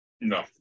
no